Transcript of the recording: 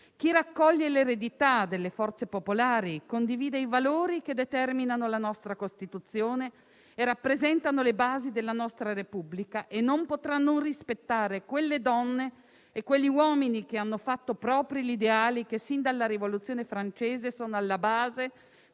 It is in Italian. Chi raccoglie l'eredità delle forze popolari e condivide i valori che determinano la nostra Costituzione e rappresentano le basi della nostra Repubblica, non potrà non rispettare quelle donne e quegli uomini che hanno fatto propri gli ideali che, sin dalla Rivoluzione francese, sono alla base